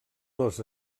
dos